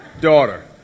daughter